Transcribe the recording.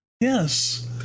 Yes